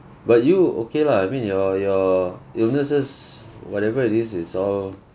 but you okay lah I mean your your illnesses whatever it is is all